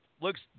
looks